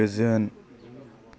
गोजोन